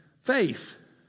faith